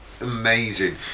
amazing